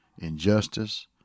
Injustice